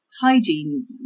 hygiene